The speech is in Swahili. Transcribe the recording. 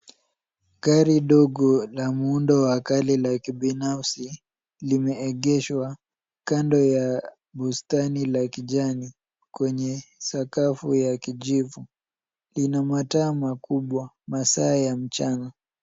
Gari ndogo la muundo wa kale la kibinafsi limeegeshwa kando ya bustani la kijani kwenye sakafu ya kijivu. Lina mataa makubwa. Masaa ya mchana